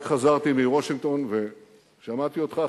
רק חזרתי מוושינגטון ושמעתי אותך,